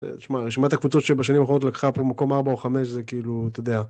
תשמע רשימת הקבוצות שבשנים האחרונות לקחה פה מקום ארבע או חמש זה כאילו אתה יודע.